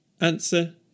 Answer